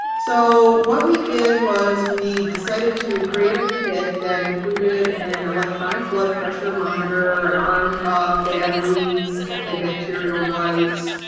so what we did was we decided to create a kit that included an electronic blood pressure monitor, an arm cuff, batteries, antibacterial wipes.